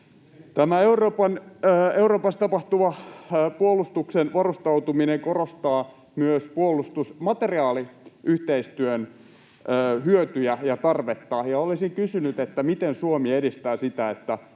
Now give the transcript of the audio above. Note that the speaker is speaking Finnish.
Tämä Euroopassa tapahtuva puolustuksen varustautuminen korostaa myös puolustusmateriaaliyhteistyön hyötyjä ja tarvetta, ja olisin kysynyt: miten Suomi edistää sitä, että